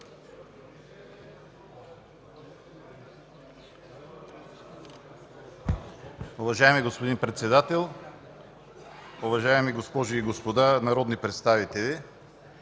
Уважаеми господин председател, уважаеми госпожи и господа народни представители!